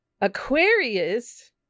Aquarius